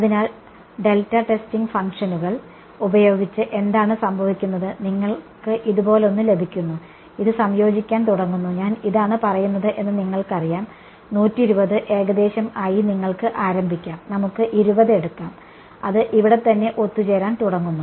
അതിനാൽ delta testing ഫംഗ്ഷനുകൾ ഉപയോഗിച്ച് എന്താണ് സംഭവിക്കുന്നത് നിങ്ങൾക്ക് ഇതുപോലൊന്ന് ലഭിക്കുന്നു ഇത് സംയോജിക്കാൻ തുടങ്ങുന്നു ഞാൻ ഇതാണ് പറയുന്നത് എന്ന് നിങ്ങൾക്കറിയാം 120 ഏകദേശം ആയി നിങ്ങൾക്ക് ആരംഭിക്കാം നമുക്ക് 20 എടുക്കാം അത് ഇവിടെത്തന്നെ ഒത്തുചേരാൻ തുടങ്ങുന്നു